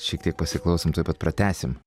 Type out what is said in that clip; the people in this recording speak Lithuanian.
šiek tiek pasiklausom tuoj pat pratęsim